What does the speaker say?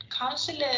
counselor